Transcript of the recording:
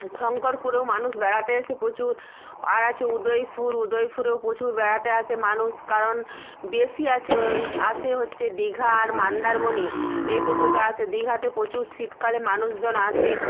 শঙ্করপুরেও মানুষ বেড়াতে আসে প্রচুর আর আছে উদয়পুর উদয়পুরেও প্রচুর বেড়াতে আসে মানুষ কারণ বেশি আছে আসে হচ্ছে দীঘা আর মান্দারমণি এই দুটোতে আসে দীঘাতে প্রচুর শীতকালে মানুষজন আসে